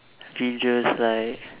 videos like